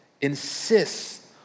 insists